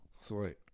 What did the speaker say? Sweet